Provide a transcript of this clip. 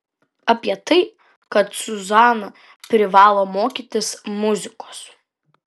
apie tai kad zuzana privalo mokytis muzikos